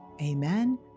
Amen